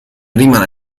rimane